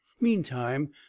meantime